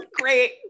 Great